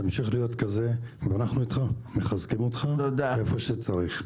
תמשיך להיות כזה ואנחנו איתך ומחזקים אותך היכן שצריך.